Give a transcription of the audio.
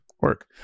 Work